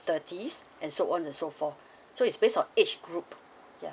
thirties and so on so forth so it's based on age group ya